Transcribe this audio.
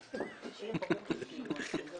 תורה.